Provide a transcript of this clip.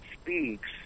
speaks